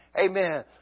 Amen